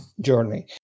journey